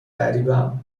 غریبم